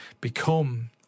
become